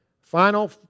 Final